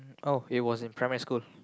oh it was in primary school